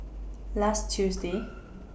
last Tuesday